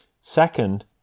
Second